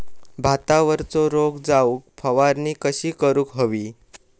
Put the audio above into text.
भातावरचो रोग जाऊक फवारणी कशी करूक हवी?